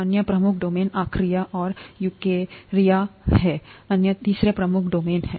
अन्य प्रमुख domain archaea है और यूकेरिया अन्य तीसरा प्रमुख डोमेन है